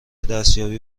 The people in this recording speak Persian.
دستیابی